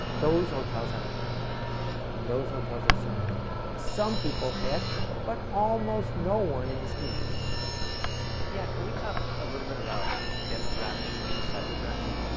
those hotels have a brand and those hotels are some that some people pay extra for but almost almost no one in the scheme of things yeah, can we talk a little bit about? demographic versus psychographic.